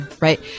right